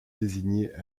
désigner